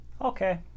Okay